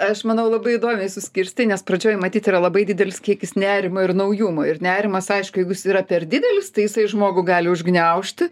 aš manau labai įdomiai suskirstei nes pradžioj matyt yra labai didelis kiekis nerimo ir naujumo ir nerimas aišku jeigu jis yra per didelis tai jisai žmogų gali užgniaužti